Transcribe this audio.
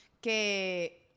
que